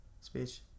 speech